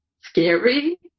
scary